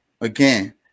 again